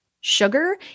sugar